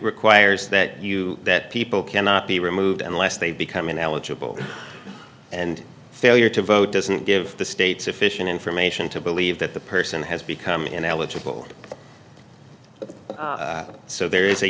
requires that you that people cannot be removed and lest they become ineligible and failure to vote doesn't give the state sufficient information to believe that the person has become ineligible so there is a